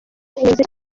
unoze